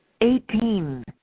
Eighteen